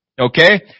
Okay